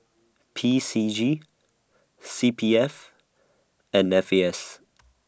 P C G C P F and F A S